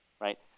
right